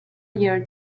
year